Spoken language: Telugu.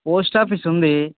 పోస్ట్ ఆఫీస్ ఉంది